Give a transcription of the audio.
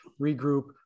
regroup